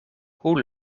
hoe